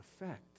effect